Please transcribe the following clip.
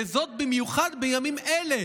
וזאת במיוחד בימים אלה,